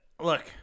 look